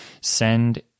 send